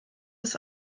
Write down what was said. ist